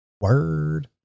Word